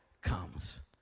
comes